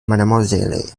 mademoiselle